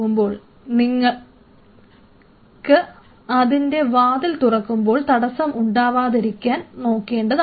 പക്ഷേ നിങ്ങൾക്ക് അതിൻറെ വാതിൽ തുറക്കുമ്പോൾ തടസ്സം ഉണ്ടാവാതിരിക്കാൻ നോക്കേണ്ടതാണ്